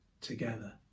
together